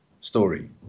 story